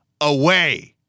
away